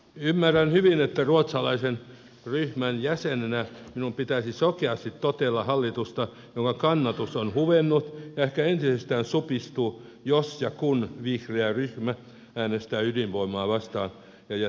ymmärrän hyvin että ruotsalaisen ryhmän jäsenenä minun pitäisi sokeasti totella hallitusta jonka kannatus on huvennut ja ehkä entisestään supistuu jos ja kun vihreä ryhmä äänestää ydinvoimaa vastaan ja jättää hallituksen